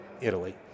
Italy